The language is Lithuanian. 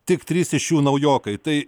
tik trys iš jų naujokai tai